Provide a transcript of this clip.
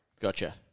Gotcha